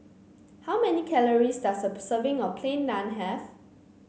how many calories does a serving of Plain Naan have